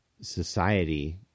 society